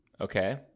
Okay